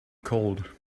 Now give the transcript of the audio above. cold